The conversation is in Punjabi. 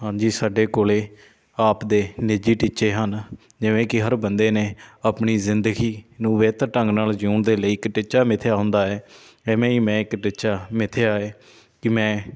ਹਾਂਜੀ ਸਾਡੇ ਕੋਲ ਆਪ ਦੇ ਨਿੱਜੀ ਟੀਚੇ ਹਨ ਜਿਵੇਂ ਕਿ ਹਰ ਬੰਦੇ ਨੇ ਆਪਣੀ ਜ਼ਿੰਦਗੀ ਨੂੰ ਬਿਹਤਰ ਢੰਗ ਨਾਲ ਜਿਉਣ ਦੇ ਲਈ ਇੱਕ ਟੀਚਾ ਮਿਥਿਆ ਹੁੰਦਾ ਹੈ ਇਵੇਂ ਹੀ ਮੈਂ ਇੱਕ ਟੀਚਾ ਮਿਥਿਆ ਏ ਕਿ ਮੈਂ